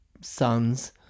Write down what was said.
sons